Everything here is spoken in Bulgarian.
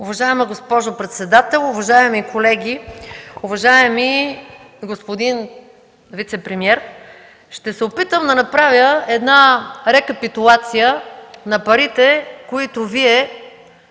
Уважаема госпожо председател, уважаеми колеги! Уважаеми господин вицепремиер, ще се опитам да направя една рекапитулация на парите, които Вие